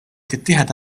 tittieħed